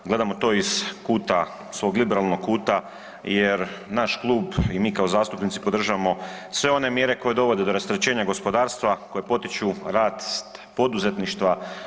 Gledamo to iz kuta svog liberalnog kuta jer naš klub i mi kao zastupnici podržavamo sve one mjere koje dovode do rasterećenja gospodarstva koje potiču rad poduzetništva.